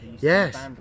Yes